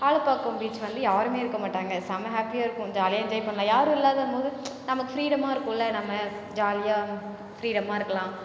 ஆளபாக்கம் பீச்ல வந்து யாருமே இருக்க மாட்டாங்கள் செம்ம ஹாப்பியாக இருக்கும் ஜாலியாக என்ஜாய் பண்ணலாம் யாரும் இல்லாத போது நமக்கு ஃப்ரீடம்மாக இருக்குல்ல நம்ம ஜாலியாக ஃப்ரீடம்மாக இருக்கலாம்